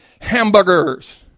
hamburgers